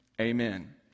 Amen